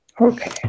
Okay